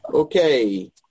Okay